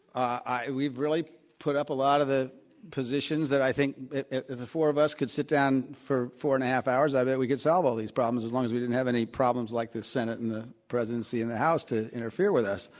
we've really put up a lot of the positions that i think the four of us could sit down for four and a half hours, i bet we could solve all these problems as long as we didn't have any problems like the senate and the presidency and the house to interfere with us